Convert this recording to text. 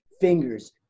fingers